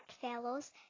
fellows